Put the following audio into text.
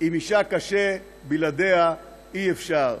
עם אישה קשה, בלעדיה אי-אפשר.